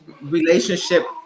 relationship